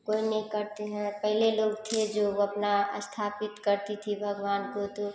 कोई नहीं करते हैं पहले लोग थे जो वह अपना अस्थापित करती थी भगवान को तो